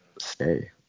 stay